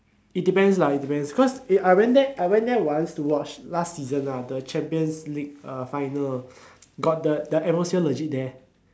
it depends lah it depends cause I went there I went there once to watch last season lah the champions league uh final got the the atmosphere legit there